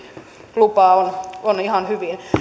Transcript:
lupaa on on ihan hyvin